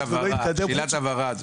שאלת הבהרה,